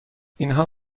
اینها